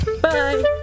Bye